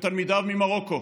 ותלמידיו ממרוקו.